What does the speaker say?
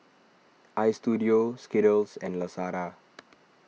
Istudio Skittles and Lazada